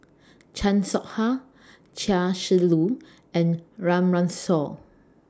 Chan Soh Ha Chia Shi Lu and Run Run Shaw